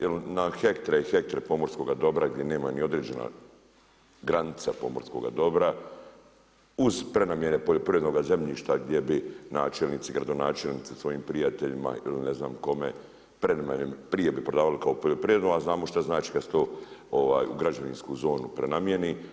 Jer na hektre i hektre pomorskoga dobra gdje nema ni određena granica pomorskoga dobra uz prenamjene poljoprivrednoga zemljišta gdje bi načelnici, gradonačelnici sa svojim prijateljima ili ne znam kome, … prije bi prodavali kao poljoprivrednu a znamo šta znači kada se to u građevinsku zonu prenamijeni.